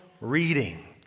reading